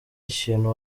ikintu